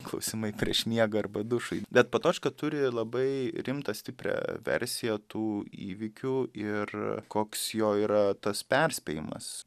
klausimai prieš miegą arba dušai bet potočka turi labai rimtą stiprią versiją tų įvykių ir koks jo yra tas perspėjimas